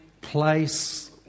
place